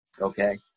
Okay